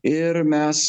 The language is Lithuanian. ir mes